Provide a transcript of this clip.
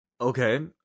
Okay